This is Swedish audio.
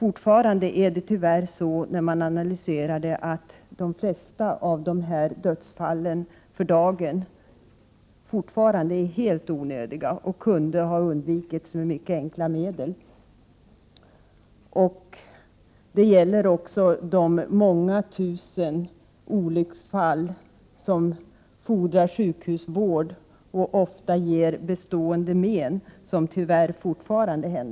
Om man analyserar orsaken till dessa olycksfall finner man tyvärr fortfarande att de flesta av de dödsfall som i dag inträffar är helt onödiga och hade kunnat undvikas med mycket enkla medel. Detta gäller också för de många tusen olycksfall som kräver sjukhusvård och som ofta ger bestående men, vilket tyvärr fortfarande inträffar.